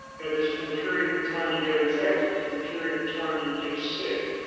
it is from the period of time you get infected to the period of time you get sick,